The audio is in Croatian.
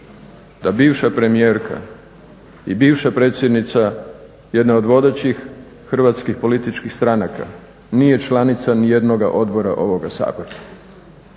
da bivša premijerka i bivša predsjednica jedne od vodećih hrvatskih političkih stranaka nije članica ni jednoga odbora ovoga Sabora.